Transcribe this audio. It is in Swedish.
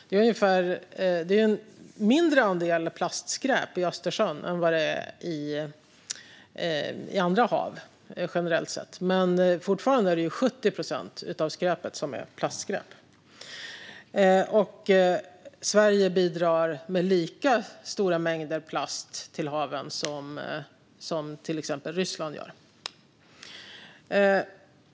Det är en mindre andel plastskräp i Östersjön än i andra hav generellt sett, men fortfarande är 70 procent av skräpet plastskräp. Sverige bidrar med lika stora mängder plast till haven som till exempel Ryssland.